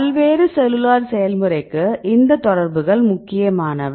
பல்வேறு செல்லுலார் செயல்முறைக்கு இந்த தொடர்புகள் முக்கியமானவை